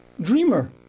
dreamer